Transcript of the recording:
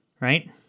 right